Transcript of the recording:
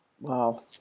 wow